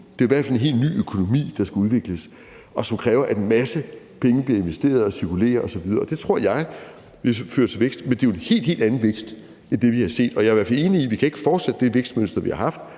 Det er i hvert fald en helt ny økonomi, der skal udvikles, og som kræver, at en masse penge bliver investeret og cirkulerer osv. Og det tror jeg vil føre til vækst. Men det er jo en helt, helt anden vækst end det, vi har set. Jeg er i hvert fald enig i, at vi ikke kan fortsætte det vækstmønster, vi har haft